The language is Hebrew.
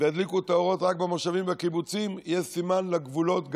וידליקו את האורות רק במושבים ובקיבוצים יהיה סימן לגבולות.